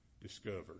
discovered